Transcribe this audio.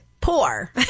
poor